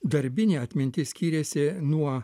darbinė atmintis skyrėsi nuo